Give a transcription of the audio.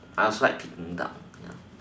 I also like peking duck